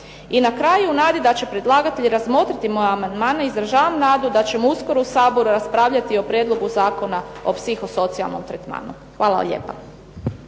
I na kraju u nadi da će predlagatelj razmotriti moje amandmane izražavam nadu da ćemo uskoro u Saboru raspravljati o prijedlogu Zakona o psihosocijalnom tretmanu. Hvala lijepa.